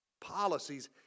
policies